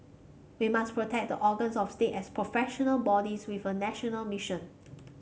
we must protect the organs of state as professional bodies with a national mission